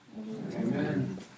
Amen